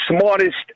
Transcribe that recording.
smartest